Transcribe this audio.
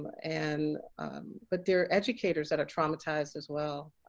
and but there are educators that are traumatized as well.